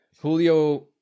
Julio